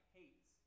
hates